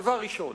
דבר ראשון.